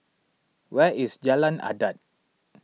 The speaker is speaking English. where is Jalan Adat